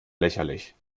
lächerlich